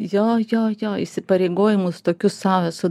jo jo jo įsipareigojimus tokius sau esu